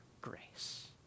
grace